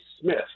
Smith